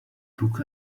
took